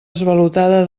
esvalotada